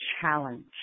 challenge